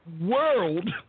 world